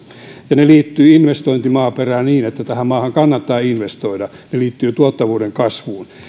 ja se liittyy investointimaaperään niin että tähän maahan kannattaa investoida se liittyy tuottavuuden kasvuun